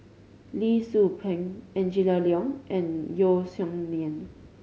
Lee Tzu Pheng Angela Liong and Yeo Song Nian